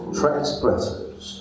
transgressors